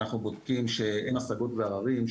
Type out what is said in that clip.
אנחנו בודקים שאין השגות וערערים,